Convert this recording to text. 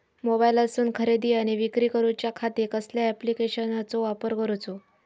मोबाईलातसून खरेदी आणि विक्री करूच्या खाती कसल्या ॲप्लिकेशनाचो वापर करूचो?